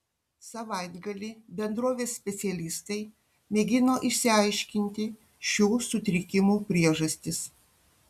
savaitgalį bendrovės specialistai mėgino išsiaiškinti šių sutrikimų priežastis